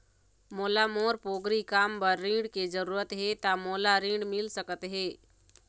मोला मोर पोगरी काम बर ऋण के जरूरत हे ता मोला ऋण मिल सकत हे?